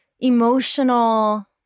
emotional